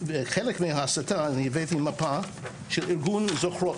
בחלק מההסתה, אני הבאתי מפה של ארגון זוכרות.